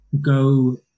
go